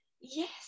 Yes